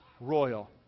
royal